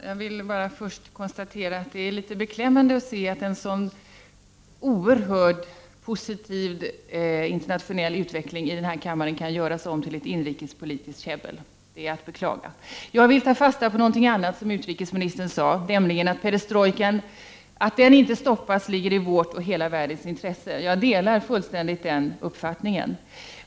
Herr talman! Jag vill först konstatera att det är litet beklämmande att en så oerhört positiv internationell utveckling kan göras om till ett inrikespolitiskt käbbel i denna kammare. Det är att beklaga. Jag vill ta fasta på någonting annat som utrikesministern sade, nämligen att det ligger i vårt och hela världens intresse att perestrojkan inte stoppas. Jag delar helt den uppfattningen.